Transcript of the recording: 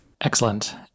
Excellent